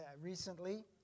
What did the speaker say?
recently